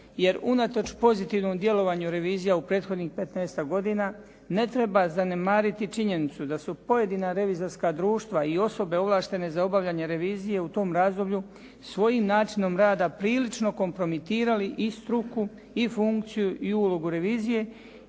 jer unatoč pozitivnom djelovanju revizija u prethodnih petnaestak godina ne treba zanemariti činjenicu da su pojedina revizorska društva i osobe ovlaštene za obavljanje revizije u tom razdoblju svojim načinom rada prilično kompromitirali i struku i funkciju i ulogu revizije